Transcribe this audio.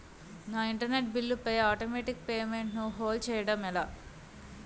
నా internet bill పై automatic payment ను హోల్డ్ చేయటం ఎలా?